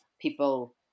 people